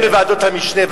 גם בוועדות המשנה,